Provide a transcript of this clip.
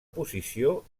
posició